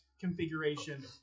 configuration